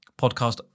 podcast